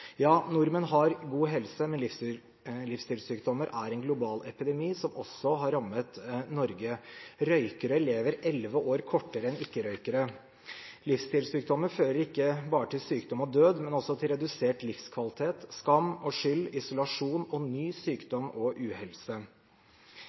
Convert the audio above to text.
Ja, nordmenn har god helse, men livsstilssykdommer er en global epidemi som også har rammet Norge. Røykere lever elleve år kortere enn ikke-røykere. Livsstilssykdommer fører ikke bare til sykdom og død, men også til redusert livskvalitet, skam og skyld, isolasjon og ny